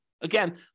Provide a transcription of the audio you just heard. Again